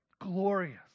glorious